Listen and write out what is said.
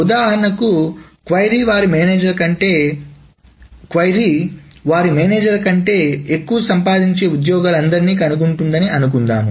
ఉదాహరణకు క్వరీ వారి మేనేజర్ కంటే ఎక్కువ సంపాదించే ఉద్యోగులందరినీ కనుగొంటుందని అనుకుందాం